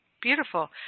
Beautiful